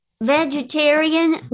vegetarian